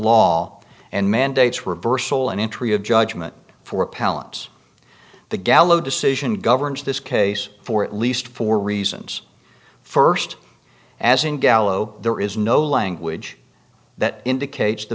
law and mandates reversal and entry of judgment for palance the gallow decision governs this case for at least four reasons first as in gallo there is no language that indicates the